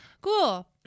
Cool